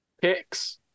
picks